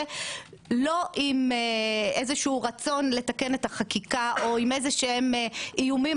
לא עם איזשהו רצון לתקן את החקיקה או איזה שהם איומים